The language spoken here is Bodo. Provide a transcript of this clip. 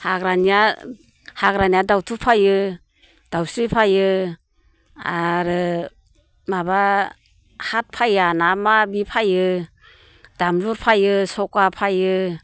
हाग्रानिया दावथु फैयो दावस्रि फैयो आरो माबा हातफाया ना मा बे फैयो दामलुर फैयो सखा फैयो